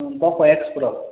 poco X pro